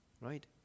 Right